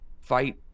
fight